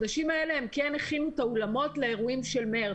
בחודשים האלה הם כן הכינו את האולמות לאירועים של מרץ.